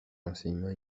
enseignement